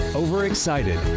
overexcited